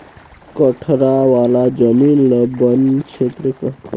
कठरा वाला जमीन ल बन छेत्र कहथें